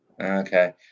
Okay